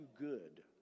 good